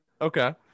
Okay